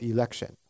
Election